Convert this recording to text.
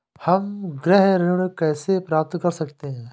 हम गृह ऋण कैसे प्राप्त कर सकते हैं?